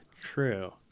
true